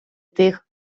тих